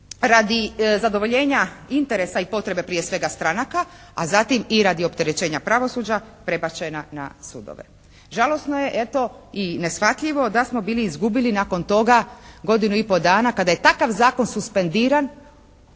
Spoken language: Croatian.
radi zadovoljenja interesa i potrebe prije svega stranaka, a zatim i opterećenja pravosuđa prebačena na sudove. Žalosno je eto i neshvatljivo da smo bili izgubili nakon toga godinu i pol dana kad je takav zakon suspendiran.